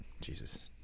Jesus